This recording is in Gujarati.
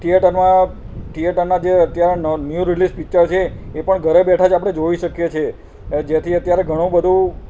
થિયેટરમાં થિયેટરનાં જે અત્યારનાં ન્યુ રિલીસ પિચર છે એ પણ ઘરે બેઠાં જ આપણે જોઈ શકીએ છીએ જેથી અત્યારે ઘણું બધું